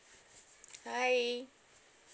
hi